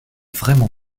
vraiment